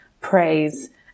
praise